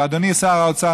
אדוני שר האוצר,